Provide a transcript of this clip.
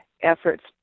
efforts